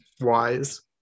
wise